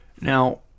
Now